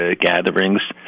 gatherings